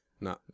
No